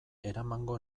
eramango